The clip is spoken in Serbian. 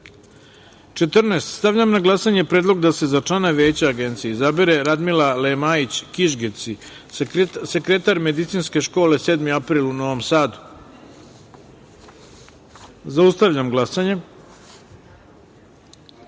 173.14. Stavljam na glasanje predlog da se za člana Veća Agencije izabere Radmila Lemajić Kišgeci, sekretar Medicinske škole „7. april“ u Novom Sadu. Zaustavljam glasanje: